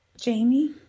jamie